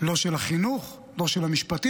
לא של החינוך, לא של המשפטים.